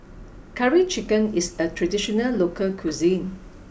Curry Chicken is a traditional local cuisine